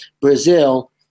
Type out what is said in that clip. Brazil